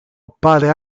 appare